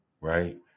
right